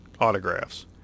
autographs